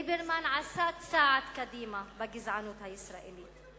ליברמן עשה צעד קדימה בגזענות הישראלית.